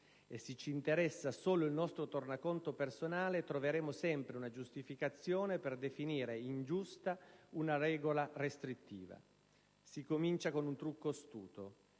E se ci interessa solo il nostro tornaconto personale, troveremo sempre una giustificazione per definire ingiusta una regola restrittiva. Si comincia con un trucco astuto